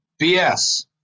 BS